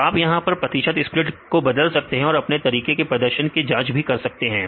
तो आप यहां पर प्रतिशत स्प्लिट को बदल सकते हैं और अपने तरीके के प्रदर्शन की जांच भी कर सकते हैं